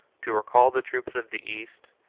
to recall the troops of the east,